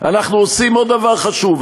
אנחנו עושים עוד דבר חשוב,